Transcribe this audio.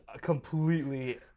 completely